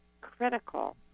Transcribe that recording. critical